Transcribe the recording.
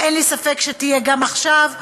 ואין לי ספק שתהיה גם עכשיו,